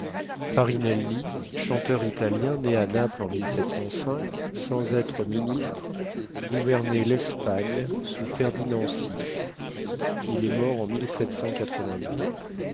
farinelli chanteur italien né à naples en sans être ministre gouvernait l'espagne sous ferdinand vi il est mort en